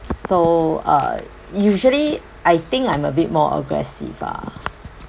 so uh usually I think I'm a bit more aggressive ah